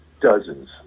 dozens